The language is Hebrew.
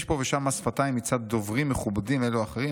יש פה ושם מס שפתיים מצד דוברים מכובדים אלו או אחרים,